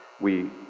we,